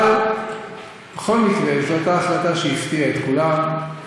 אבל בכל מקרה זו הייתה החלטה שהפתיעה את כולם,